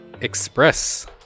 Express